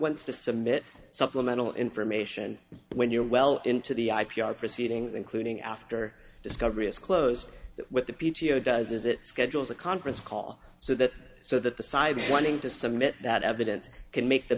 wants to submit supplemental information when you're well into the i p r proceedings including after discovery is closed with the p t o does is it schedule as a conference call so that so that the sides wanting to submit that evidence can make the